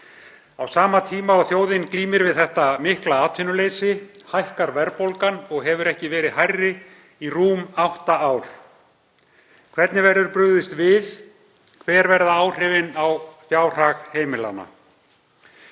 Á sama tíma og þjóðin glímir við þetta mikla atvinnuleysi hækkar verðbólgan og hefur ekki verið hærri í rúm átta ár. Hvernig verður brugðist við? Hver verða áhrifin á fjárhag heimilanna?